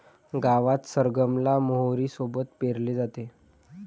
गावात सरगम ला मोहरी सोबत पेरले जाते